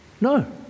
No